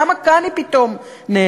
למה כאן היא פתאום נעלמת?